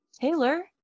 Taylor